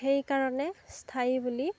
সেইকাৰণে স্থায়ী বুলি